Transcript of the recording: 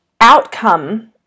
outcome